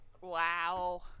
Wow